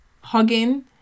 hugging